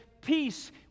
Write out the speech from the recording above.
peace